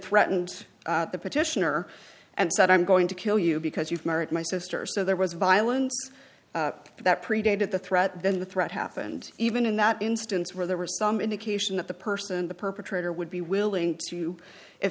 threatened the petitioner and said i'm going to kill you because you've murdered my sister so there was violence that predated the threat then the threat happened even in that instance where there were some indication that the person the perpetrator would be willing to